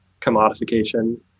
commodification